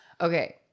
Okay